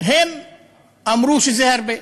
הם אמרו שזה הרבה,